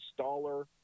installer